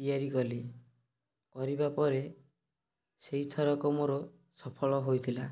ତିଆରି କଲି କରିବା ପରେ ସେଇ ଥରକ ମୋର ସଫଳ ହୋଇଥିଲା